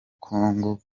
congo